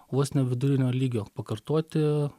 vos ne vidurinio lygio pakartoti